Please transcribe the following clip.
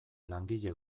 langile